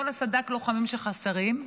כל סד"כ לוחמים שחסרים,